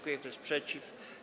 Kto jest przeciw?